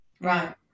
Right